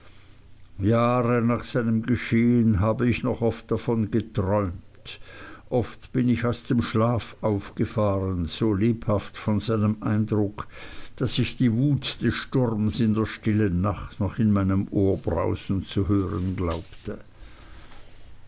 jahre nach seinem geschehen habe ich noch oft davon geträumt oft bin ich aus dem schlaf aufgefahren so lebhaft beherrscht von seinem eindruck daß ich die wut des sturms in der stillen nacht noch in meinem ohr brausen zu hören glaubte